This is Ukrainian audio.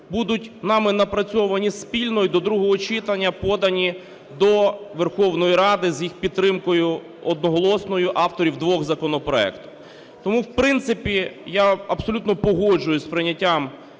будуть нами напрацьовані спільно і до другого читання подані до Верховної Ради з їх підтримкою одноголосною авторів двох законопроектів. Тому, в принципі, я абсолютно погоджуюся з прийняттям